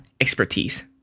expertise